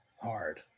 hard